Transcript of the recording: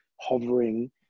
hovering